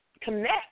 connect